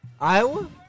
Iowa